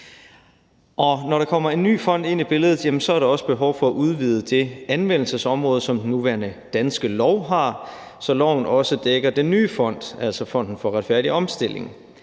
når der kommer en ny fond ind i billedet, er der også behov for at udvide det anvendelsesområde, som den nuværende danske lov har, så loven også dækker den nye fond, altså Fonden for Retfærdig Omstilling.